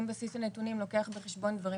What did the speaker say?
אבל אם בסיס הנתונים לוקח בחשבון דברים